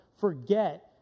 forget